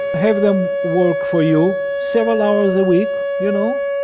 have them work for you several hours a week, you know,